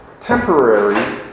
temporary